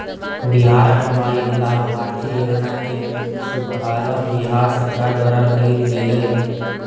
बिहार आंगनबाड़ी लाभार्थी योजना के शुभारम्भ बिहार सरकार द्वारा कइल गेलय